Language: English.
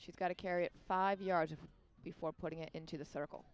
she's got to carry it five yards of before putting it into the circle